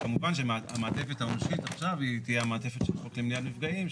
כמובן שהמעטפת העונשית עכשיו היא תהיה המעטפת של חוק למניעת מפגעים,